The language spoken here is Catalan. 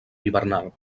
hivernal